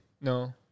No